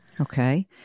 Okay